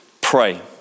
pray